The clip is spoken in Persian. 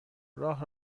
راه